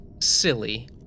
silly